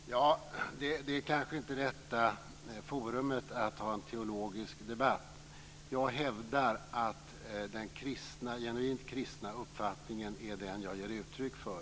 Fru talman! Det är kanske inte rätta forumet för en teologisk debatt. Jag hävdar att den genuint kristna uppfattningen är det som jag ger uttryck för.